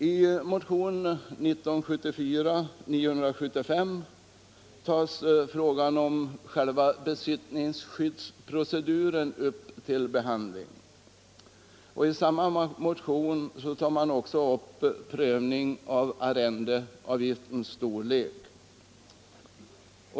I motionen 1974:975 tas besittningsskyddsprocedurens regler upp till behandling. I samma motion föreslås också en prövning av arrendeavgiftens storlek.